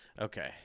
Okay